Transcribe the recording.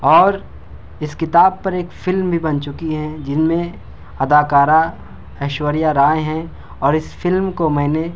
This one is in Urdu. اور اس کتاب پر ایک فلم بھی بن چکی ہیں جن میں اداکارہ ایشوریہ رائے ہیں اور اس فلم کو میں نے